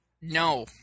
No